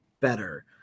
better